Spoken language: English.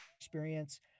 experience